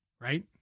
Right